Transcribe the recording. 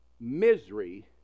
Misery